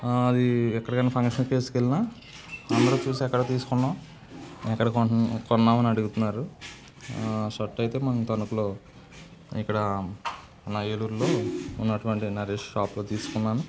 అది ఎక్కడికైనా ఫంక్షన్కి వేసుకెళ్ళినా అందరు చూసి ఎక్కడ తీసుకున్నావు ఎక్కడ కొంటున్న కొన్నావు అని అడుగుతున్నారు షర్ట్ అయితే మన తణుకులో ఇక్కడ మన ఏలూరులో ఉన్నటువంటి నరేష్ షాపులో తీసుకున్నాను